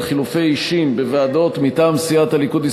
חילופי אישים בוועדות מטעם סיעת הליכוד,